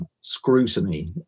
scrutiny